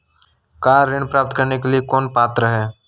Car ऋण प्राप्त करने के लिए कौन पात्र है?